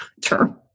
term